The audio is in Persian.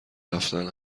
رفتن